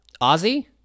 Ozzy